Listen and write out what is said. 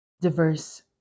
diverse